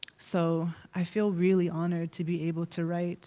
so i feel really honored to be able to write